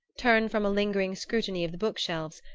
turned from a lingering scrutiny of the book-shelves,